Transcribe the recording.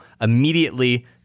immediately